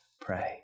pray